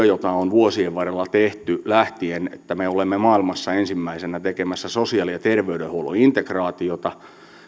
jota on vuosien varrella tehty lähtien siitä että me olemme maailmassa ensimmäisenä tekemässä sosiaali ja terveydenhuollon integraatiota